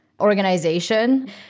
organization